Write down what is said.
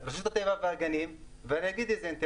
ביוזמת רשות הטבע והגנים וגורמים אחרים שיש להם אינטרסים,